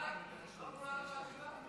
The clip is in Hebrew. לא כתובה לך התשובה?